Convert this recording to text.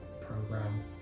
program